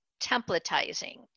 templatizing